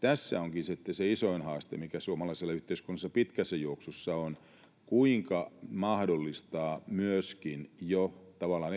tässä onkin sitten se isoin haaste, mikä suomalaisessa yhteiskunnassa pitkässä juoksussa on: kuinka mahdollistaa myöskin jo tavallaan